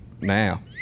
now